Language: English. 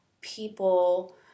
people